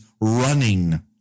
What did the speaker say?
running